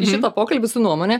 į šitą pokalbį su nuomone